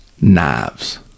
knives